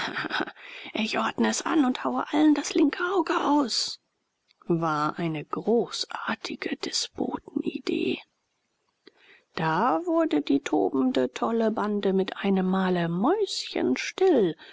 ich ordne es an und haue allen das linke auge aus war eine großartige despotenidee da wurde die tobende tolle bande mit einem male